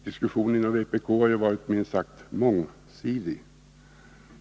Diskussionen inom vpk har ju varit minst sagt mångsidig.